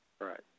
Right